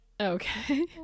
Okay